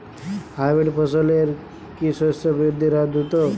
Hybrid ফসলের কি শস্য বৃদ্ধির হার দ্রুত?